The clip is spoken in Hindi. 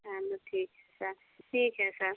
चलो ठीक है सर ठीक है सर